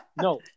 No